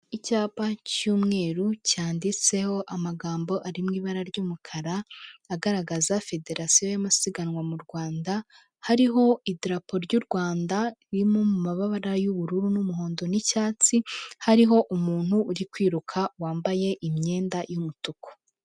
Icyapa cy'umweru cyanditseho amagambo ari mu ibara ry'umukara agaragaza Federasiyo y'amasiganwa mu Rwanda, hariho idrapo ry'u Rwanda riri mu mabara y'ubururu n'umuhondo n'icyatsi, hariho umuntu uri kwiruka wambaye imyenda y'umutuku.